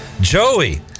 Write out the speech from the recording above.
Joey